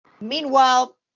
Meanwhile